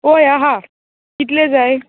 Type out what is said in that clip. ओय आहा कितले जाय